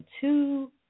two